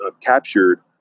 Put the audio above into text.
captured